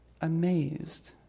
amazed